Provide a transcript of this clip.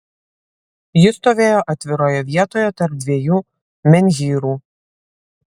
ji stovėjo atviroje vietoje tarp dviejų menhyrų